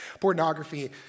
pornography